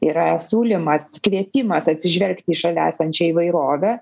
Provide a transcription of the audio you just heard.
yra siūlymas kvietimas atsižvelgti į šalia esančią įvairovę